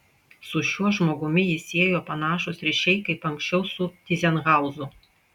su šiuo žmogumi jį siejo panašūs ryšiai kaip anksčiau su tyzenhauzu